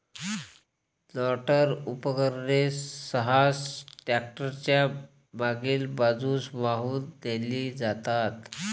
planter उपकरणे सहसा tractor च्या मागील बाजूस वाहून नेली जातात